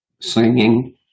singing